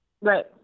Right